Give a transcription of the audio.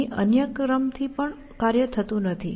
અહીં અન્ય ક્રમ થી પણ કાર્ય થતું નથી